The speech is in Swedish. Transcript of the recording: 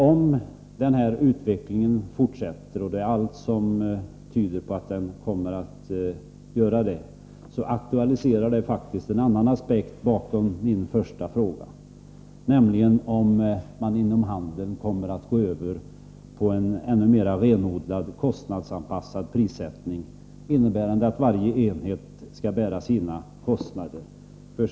Om den här utvecklingen fortsätter — och allt tyder på det — aktualiserar det en annan aspekt bakom min första fråga, nämligen om man inom detaljhandeln kommer att gå över till en ännu mer renodlat kostnadsanpassad prissättning, innebärande att varje enhet skall bära sina egna kostnader.